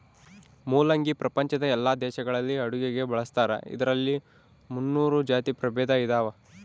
ಮುಲ್ಲಂಗಿ ಪ್ರಪಂಚದ ಎಲ್ಲಾ ದೇಶಗಳಲ್ಲಿ ಅಡುಗೆಗೆ ಬಳಸ್ತಾರ ಇದರಲ್ಲಿ ಮುನ್ನೂರು ಜಾತಿ ಪ್ರಭೇದ ಇದಾವ